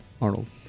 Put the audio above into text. Arnold